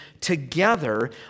together